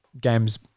games